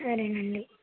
సరేనండి